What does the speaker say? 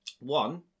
One